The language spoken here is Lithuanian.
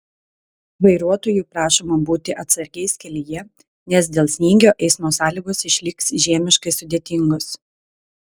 vairuotojų prašoma būti atsargiais kelyje nes dėl snygio eismo sąlygos išliks žiemiškai sudėtingos